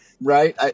Right